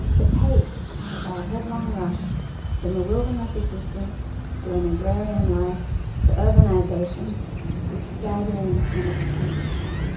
the pace of our headlong rush from a wilderness existence through an agrarian life to urbanisation is staggering and exponential.